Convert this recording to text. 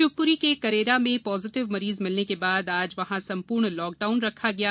शिवपुरी के करेरा में पॉजिटिव मरीज मिलने के बाद आज वहां संपूर्ण लॉकडाउन रखा गया है